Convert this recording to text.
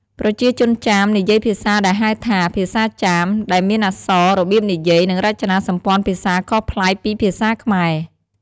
ប្រជាជនចាម និយាយភាសាដែលហៅថា ភាសាចាម ដែលមានអក្សរ របៀបនិយាយ និងរចនាសម្ព័ន្ធភាសាខុសប្លែកពីភាសាខ្មែរ។